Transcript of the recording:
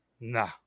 Nah